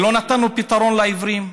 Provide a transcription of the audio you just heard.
לא נתנו פתרון לעיוורים.